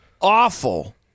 awful